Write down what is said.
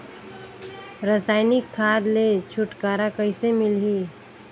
रसायनिक खाद ले छुटकारा कइसे मिलही?